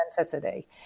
authenticity